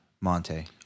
Monte